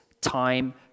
time